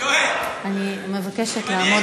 לא דיברתי על זה,